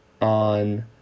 on